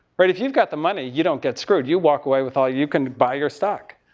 right? if you've got the money, you don't get screwed. you walk away with all, you can buy your stock.